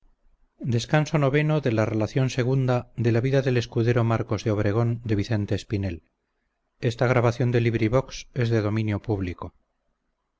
la donosa narración de las aventuras del escudero marcos de obregón